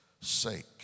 sake